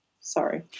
sorry